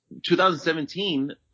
2017